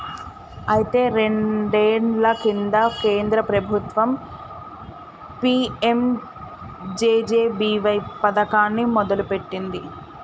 అయితే రెండేళ్ల కింద కేంద్ర ప్రభుత్వం పీ.ఎం.జే.జే.బి.వై పథకాన్ని మొదలుపెట్టింది